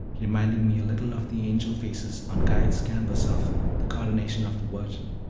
reminding me a little of the angel faces on guide's canvas of the coronation of the virgin.